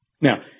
Now